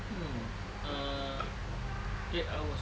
hmm ah eight hours eh